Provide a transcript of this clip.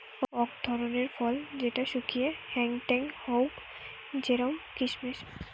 অক ধরণের ফল যেটা শুকিয়ে হেংটেং হউক জেরোম কিসমিস